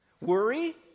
Worry